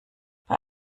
bei